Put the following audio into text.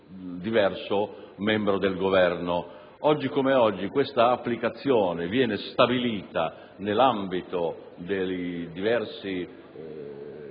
diverso membro del Governo. Oggi tale applicazione viene stabilita nell'ambito dei diversi